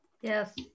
Yes